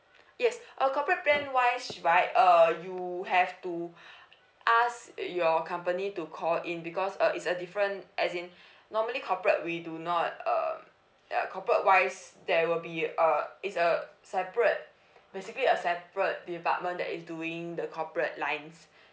yes uh corporate plan wise right uh you have to ask your company to call in because uh it's a different as in normally corporate we do not um uh corporate wise there will be a is a separate basically a separate department that is doing the corporate lines